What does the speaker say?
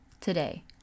today